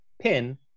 pin